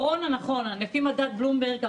לפי מדד בלומברג,